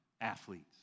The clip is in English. athletes